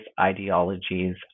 ideologies